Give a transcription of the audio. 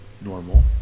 normal